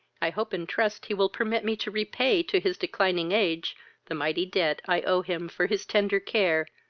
i hope and trust he will permit me to repay to his declining age the mighty debt i owe him for his tender care,